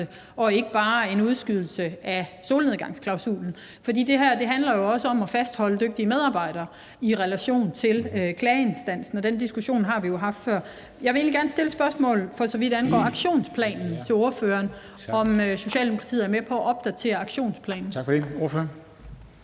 og ikke bare en udskydelse af solnedgangsklausulen. For det her handler også om at fastholde dygtige medarbejdere i relation til klageinstansen, og den diskussion har vi jo haft før. Jeg vil egentlig gerne stille et spørgsmål, for så vidt angår aktionsplanen, til ordføreren, altså om Socialdemokratiet er med på at opdatere aktionsplanen. Kl. 13:26 Formanden